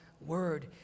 word